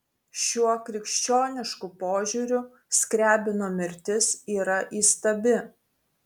šiuo krikščionišku požiūriu skriabino mirtis yra įstabi